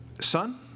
Son